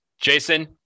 Jason